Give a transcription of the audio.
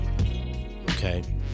Okay